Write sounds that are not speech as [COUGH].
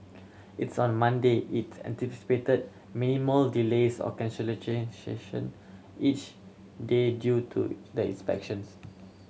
it's on Monday it anticipated minimal delays or [UNINTELLIGIBLE] each day due to the inspections